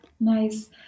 nice